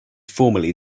formally